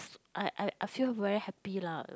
I I I feel very happy lah